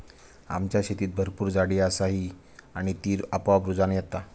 आमच्या शेतीत भरपूर झाडी असा ही आणि ती आपोआप रुजान येता